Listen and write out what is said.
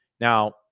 Now